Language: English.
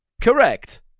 correct